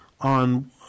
on